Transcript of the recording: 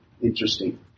Interesting